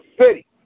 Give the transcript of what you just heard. city